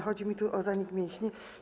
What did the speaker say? Chodzi mi tu o zanik mięśni.